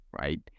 Right